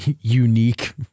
unique